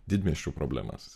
didmiesčių problemas